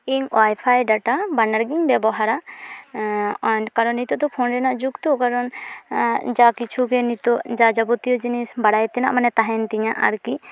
ᱤᱧ wifi data ᱵᱟᱱᱟᱨᱜᱮᱧ ᱵᱮᱵᱚᱦᱟᱨᱟ ᱠᱟᱨᱚᱱ ᱱᱤᱛᱚᱜ ᱫᱚ ᱯᱷᱳᱱ ᱨᱮᱱᱟᱜ ᱡᱩᱜᱽ ᱛᱳ ᱠᱟᱨᱚᱱ ᱡᱟ ᱠᱤᱪᱷᱩᱜᱮ ᱱᱤᱛᱚᱜ ᱡᱟ ᱡᱟᱵᱚᱛᱤᱭᱚ ᱡᱤᱱᱤᱥ ᱵᱟᱲᱟᱭ ᱛᱮᱱᱟᱜ ᱢᱟᱱᱮ ᱛᱟᱦᱮᱱ ᱛᱤᱧᱟ ᱟᱨᱠᱤ